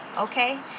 Okay